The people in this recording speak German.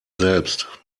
selbst